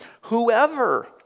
Whoever